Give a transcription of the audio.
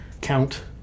count